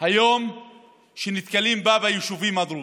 היום שנתקלים בה ביישובים הדרוזיים,